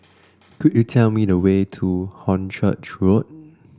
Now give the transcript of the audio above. could you tell me the way to Hornchurch Road